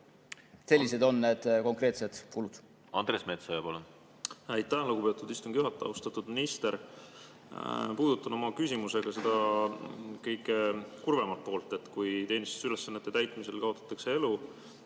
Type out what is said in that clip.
Sellised on need konkreetsed kulud. Andres Metsoja, palun!